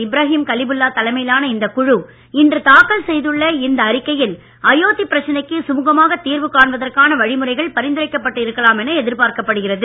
இப்ராகிம் கலிபுல்லா தலைமையிலாள இந்தக் குழு இன்று தாக்கல் செய்துள்ள இந்த அறிக்கையில் அயோத்தி பிரச்சனைக்கு சுமுகமாக தீர்வு காண்பதற்கான பரிந்துரைக்கப்பட்டு வழிமுறைகள் இருக்கலாம் என எதிர்பார்க்கப்படுகிறது